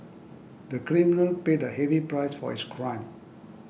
the criminal paid a heavy price for his crime